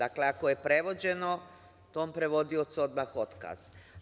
Ako je prevođeno, tom prevodiocu odmah otkaz.